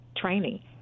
training